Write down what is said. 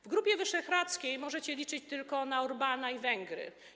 W Grupie Wyszehradzkiej możecie liczyć tylko na Orbána i Węgry.